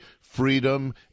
freedom